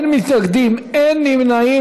אין מתנגדים, אין נמנעים.